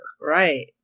Right